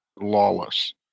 lawless